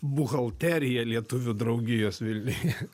buhalterija lietuvių draugijos vilniuje